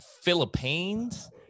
Philippines